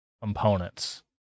components